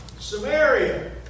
Samaria